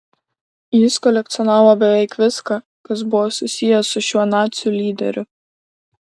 jis kolekcionavo beveik viską kas buvo susiję su šiuo nacių lyderiu